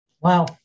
Wow